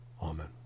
Amen